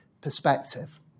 perspective